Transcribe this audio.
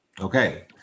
Okay